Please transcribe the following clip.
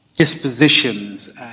dispositions